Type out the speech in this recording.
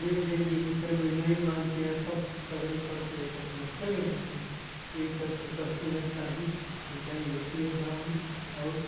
लेन देन के विषय में नहीं मानती है पक्ष तगड़ी पड़ती है तो अपना चले जाते हैं यही सब तो करते हैं शादी ऐसा ही होती है गाँव में और